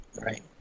Right